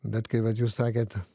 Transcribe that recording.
bet kaip vat jūs sakėte